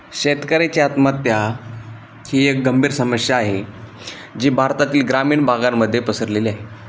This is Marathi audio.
शेतकऱ्याची आत्महत्या ही एक गंभीर समस्या आहे जी भारतातील ग्रामीण भागांमध्ये पसरलेली आहे